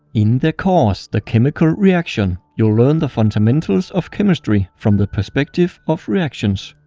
in their course, the chemical reaction you'll learn the fundamentals of chemistry from the perspective of reactions.